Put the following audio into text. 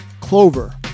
Clover